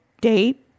date